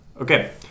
Okay